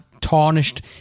tarnished